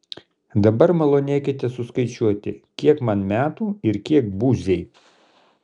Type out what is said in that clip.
dabar malonėkite suskaičiuoti kiek man metų ir kiek buziai